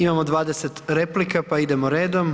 Imamo 20 replika, pa idemo redom.